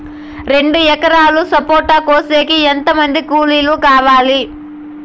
రెండు ఎకరాలు సపోట కోసేకి ఎంత మంది కూలీలు కావాలి?